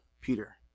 Peter